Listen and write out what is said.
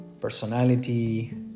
personality